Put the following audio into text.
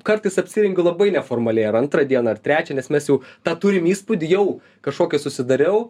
kartais apsirengiu labai neformaliai ar antrą dieną ar trečią nes mes jau tą turim įspūdį jau kašokį susidariau